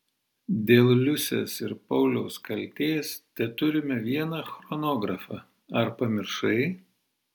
dėl liusės ir pauliaus kaltės teturime vieną chronografą ar pamiršai